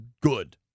good